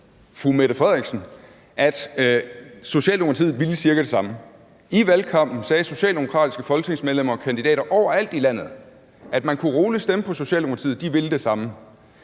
nuværende statsminister, at Socialdemokratiet cirka ville det samme. I valgkampen sagde socialdemokratiske folketingsmedlemmer og kandidater overalt i landet, at man roligt kunne stemme på Socialdemokratiet, for de ville det samme.